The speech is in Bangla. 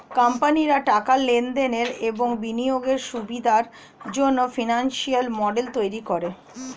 কোম্পানিরা টাকার লেনদেনের এবং বিনিয়োগের সুবিধার জন্যে ফিনান্সিয়াল মডেল তৈরী করে